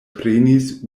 prenis